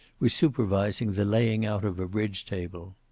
was supervising the laying out of a bridge table.